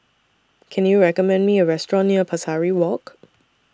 Can YOU recommend Me A Restaurant near Pesari Walk